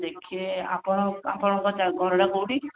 ଦେଖିବେ ଆପଣ ଆପଣଙ୍କ ଘରଟା କେଉଁଠିକି